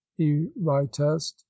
eritest